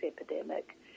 epidemic